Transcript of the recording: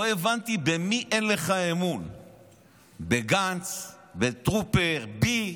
לא הבנתי במי אין לך אמון, בגנץ, בטרופר, בי.